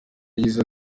yagize